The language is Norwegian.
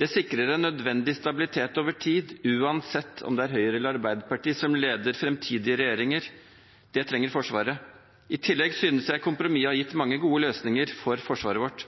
Det sikrer en nødvendig stabilitet over tid, uansett om det er Høyre eller Arbeiderpartiet som leder framtidige regjeringer. Det trenger Forsvaret. I tillegg synes jeg kompromisset har gitt mange gode løsninger for forsvaret vårt.